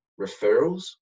referrals